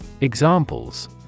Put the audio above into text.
Examples